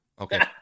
okay